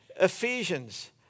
Ephesians